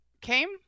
came